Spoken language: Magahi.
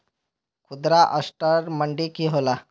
खुदरा असटर मंडी की होला?